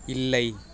இல்லை